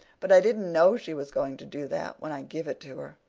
but i didn't know she was going to do that when i give it to her,